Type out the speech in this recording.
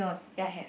ya have